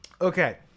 Okay